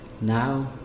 Now